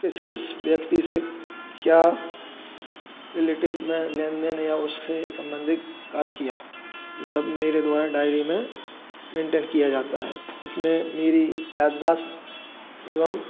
किस किस व्यक्ति से क्या रिलेटिव में लेन देन या उससे संबंधित कार्य किया जो सब मेरे द्वारा डायरी में मेन्टेन किया जाता है जिसमें मेरी याददाश्त एवं